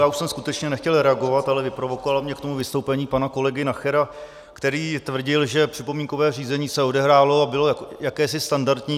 Já už jsem skutečně nechtěl reagovat, ale vyprovokovalo mě k tomu vystoupení pana kolegy Nachera, který tvrdil, že připomínkové řízení se odehrálo a bylo jakési standardní.